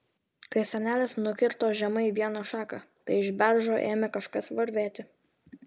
kai senelis nukirto žemai vieną šaką tai iš beržo ėmė kažkas varvėti